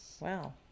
Wow